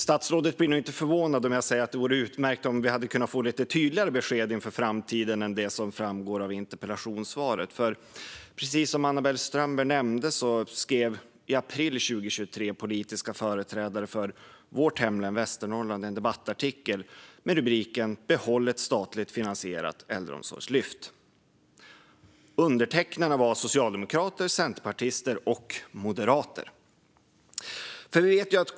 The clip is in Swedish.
Statsrådet blir nog inte förvånad om jag säger att det hade varit utmärkt om vi kunnat få lite tydligare besked inför framtiden än det som framgår av interpellationssvaret. Precis som Anna-Belle Strömberg nämnde skrev i april 2023 politiska företrädare för vårt hemlän Västernorrland en debattartikel med rubriken "Behåll ett statligt finansierat äldreomsorgslyft". Undertecknarna var socialdemokrater, centerpartister och moderater.